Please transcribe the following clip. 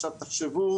עכשיו תחשבו